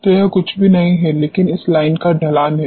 तो यह कुछ भी नहीं है लेकिन इस लाइन का ढलान है